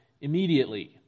immediately